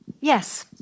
Yes